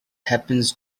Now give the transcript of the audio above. happens